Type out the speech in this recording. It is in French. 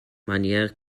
manière